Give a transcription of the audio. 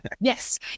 yes